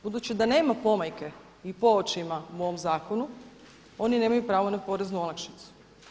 Budući da nema pomajke ni poočima u ovom zakonu oni nemaju pravo na poreznu olakšicu.